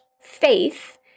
faith